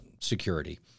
security